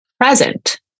present